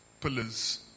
pillars